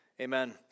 amen